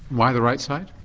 why the right side?